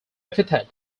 epithet